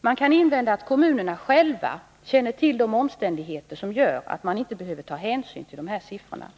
Man kan invända att kommunerna själva känner till de omständigheter som gör att hänsyn inte behöver tas till siffrorna,